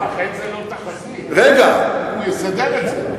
לכן זה לא תחזית, הוא יסדר את זה.